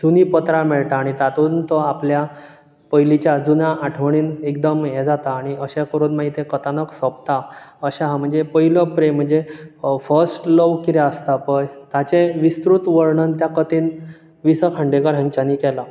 जुनी पत्रां मेळटा आनी तातूंत तो आपल्या पयलिच्या जुन्या आठवणीन एकदम हे जाता आनी अशें करून मागीर तें कथानक सोंपता अशें हा म्हणजे पयले प्रेम म्हणजे फस्ट लव कितें आसता पय ताचें विस्तृत वर्णन त्या कथेंत वी स खांडेकर हांच्यानी केलां